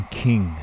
king